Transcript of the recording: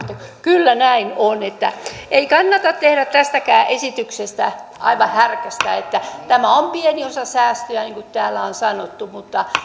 kyllä näin on ei kannata tehdä tästäkään esityksestä aivan härkästä tämä on pieni osa säästöjä niin kuin täällä on sanottu